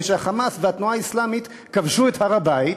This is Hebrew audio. כשה"חמאס" והתנועה האסלאמית כבשו את הר-הבית,